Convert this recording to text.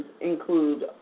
include